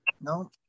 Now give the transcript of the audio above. no